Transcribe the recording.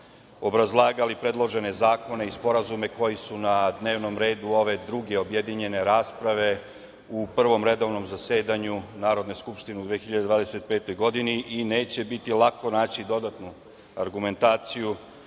obrazlagali predložene zakone i sporazume koji su na dnevnom redu ovde druge objedinjene rasprave u Prvom redovnom zasedanju Narodne skupštine u 2025. godini i neće biti lako naći dodatnu argumentaciju